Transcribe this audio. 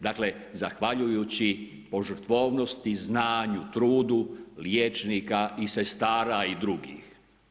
Dakle, zahvaljujući požrtvovnosti, znanju, trudu liječnika i sestara i drugih.